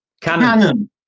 cannon